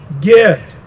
gift